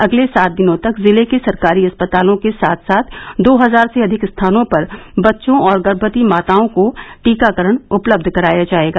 अगले सात दिनों तक जिले के सरकारी अस्पतालों के साथ साथ दो हजार से अधिक स्थानों पर बच्चों और गर्भवती माताओं को टीकाकरण उपलब्ध कराया जाएगा